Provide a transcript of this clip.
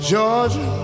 Georgia